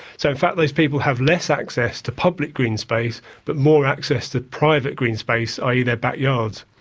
so in fact those people have less access to public green space but more access to private green space, i. e. their backyards.